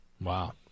wow